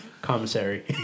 Commissary